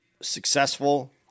successful